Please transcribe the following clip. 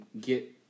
get